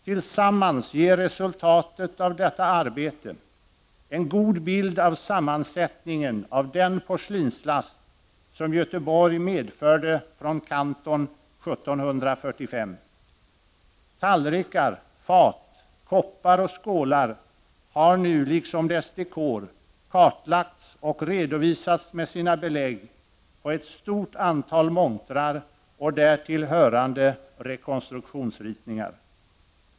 Tillsammans ger resultatet av detta arbete en god bild av sammansättningen av den porslinslast som Götheborg medförde från Kanton 1745. Tallrikar, fat, koppar och skålar liksom dess dekor har nu kartlagts och redovisas med sina belägg i ett stort antal montrar och därtill hörande rekonstruktionsritningar.